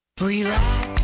Relax